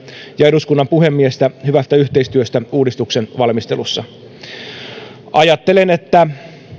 ja eduskunnan puhemiestä hyvästä yhteistyöstä uudistuksen valmistelussa ajattelen että